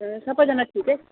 ए सबैजना ठिकै